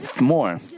more